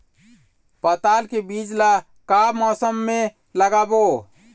पताल के बीज ला का मौसम मे लगाबो?